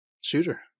shooter